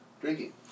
drinking